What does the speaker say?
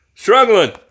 Struggling